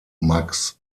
max